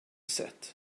set